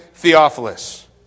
Theophilus